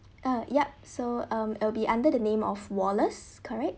oh yup so um it'll be under the name of wallace correct